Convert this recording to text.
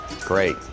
Great